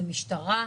זה משטרה,